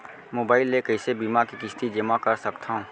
Mobile ले कइसे बीमा के किस्ती जेमा कर सकथव?